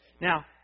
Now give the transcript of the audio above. Now